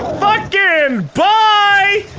fuckin bye!